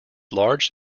large